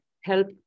help